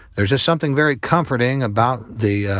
there's just something very comforting about the